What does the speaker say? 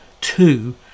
two